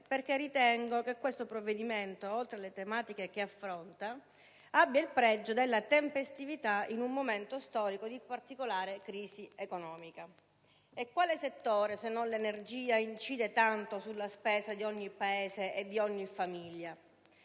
perché ritengo che questo provvedimento, oltre alle tematiche che affronta, abbia il pregio della tempestività in un momento storico di particolare crisi economica. E quale settore, se non l'energia, incide tanto sulla spesa di ogni Paese e di ogni famiglia?